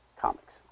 comics